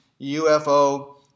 UFO